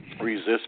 resist